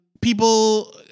People